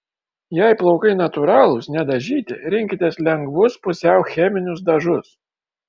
jei plaukai natūralūs nedažyti rinkitės lengvus pusiau cheminius dažus